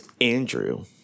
Andrew